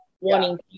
wanting